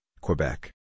Quebec